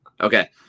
Okay